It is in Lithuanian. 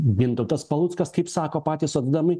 gintautas paluckas kaip sako patys socdemai